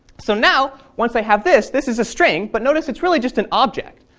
so now, once i have this, this is a string, but notice it's really just an object.